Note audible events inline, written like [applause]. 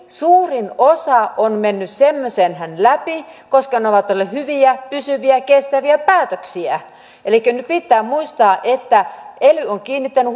suurin osa on mennyt semmoisenaan läpi koska ne ovat olleet hyviä pysyviä kestäviä päätöksiä elikkä nyt pitää muistaa että ely on kiinnittänyt [unintelligible]